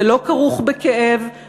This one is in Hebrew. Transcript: זה לא כרוך בכאב,